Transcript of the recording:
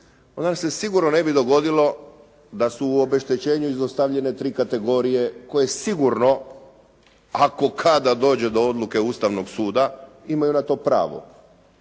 nam se sigurno ne bi dogodilo da su u obeštećenju izostavljene tri kategorije koje sigurno ako kada dođe do odluke Ustavnog suda, imaju na to pravo.